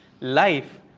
life